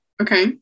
Okay